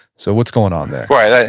so what's going on there? right.